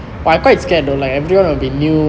migrate great schedule like a bureau be new